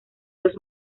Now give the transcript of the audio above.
los